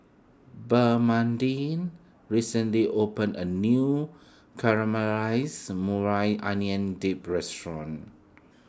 Bernadine recently opened a new Caramelized Maui Onion Dip restaurant